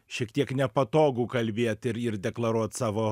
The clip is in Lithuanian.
šiek tiek nepatogu kalbėt ir ir deklaruot savo